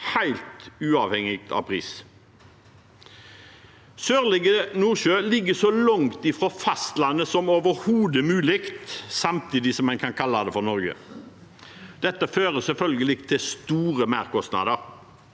helt uavhengig av pris. Sørlige Nordsjø ligger så langt fra fastlandet som overhodet mulig samtidig som en kan kalle det Norge. Dette fører selvfølgelig til store merkostnader.